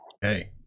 Hey